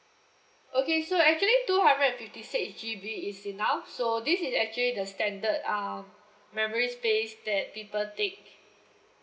okay so actually two hundred and fifty six G_B is enough so this is actually the standard uh memory space that people take